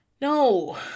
No